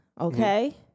okay